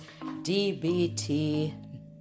DBT